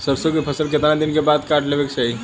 सरसो के फसल कितना दिन के बाद काट लेवे के चाही?